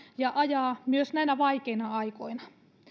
ja ajaa myös näinä vaikeina aikoina